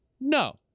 No